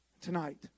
Tonight